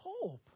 hope